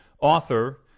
author